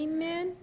Amen